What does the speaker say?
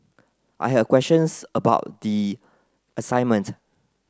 I had questions about the assignment